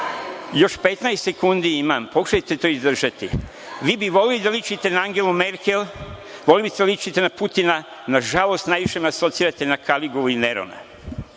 još 15 sekundi, pa pokušajte to da izdržite. Vi bi voleli da ličite na Angelu Merkel. Voleli biste da ličite na Putina, ali nažalost najviše me asocirate na Kaligulu i Nerona.